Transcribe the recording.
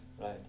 right